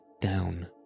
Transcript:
down